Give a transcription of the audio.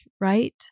right